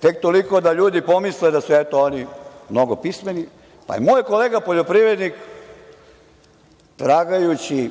tek toliko da ljudi pomisle da su oni mnogo pismeni, pa je moj kolega poljoprivrednik, tragajući